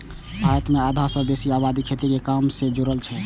भारत मे आधा सं बेसी आबादी खेती के काम सं जुड़ल छै